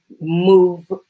move